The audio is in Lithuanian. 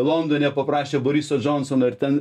londone paprašė boriso džonsono ir ten